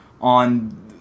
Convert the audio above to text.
on